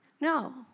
No